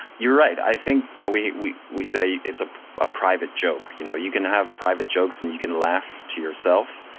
you're right. i think you know we we say it's a ah private joke. you know you can have private jokes and you can laugh to yourself,